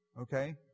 Okay